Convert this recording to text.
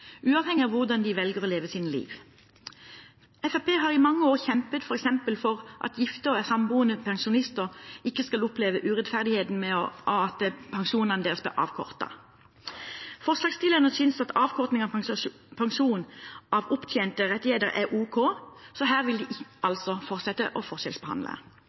uavhengig av hvordan de velger å leve sitt liv. Fremskrittspartiet har i mange år kjempet f.eks. for at gifte og samboende pensjonister ikke skal oppleve urettferdigheten med at pensjonene deres blir avkortet. Forslagsstillerne synes at avkortingen av pensjonen, av opptjente rettigheter, er ok, så her vil de fortsette å forskjellsbehandle.